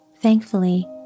Thankfully